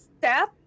Step